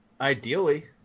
Ideally